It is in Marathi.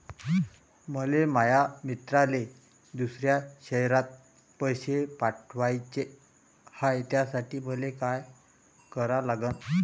मले माया मित्राले दुसऱ्या शयरात पैसे पाठवाचे हाय, त्यासाठी मले का करा लागन?